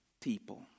people